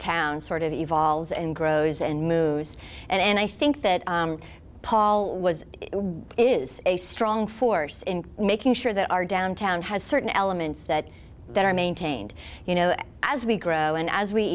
town sort of evolves and grows and news and i think that paul was is a strong force in making sure that our downtown has certain elements that that are maintained you know as we grow and as we